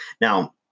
Now